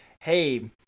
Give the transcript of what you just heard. Hey